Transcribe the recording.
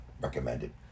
recommended